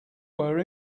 were